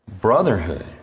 brotherhood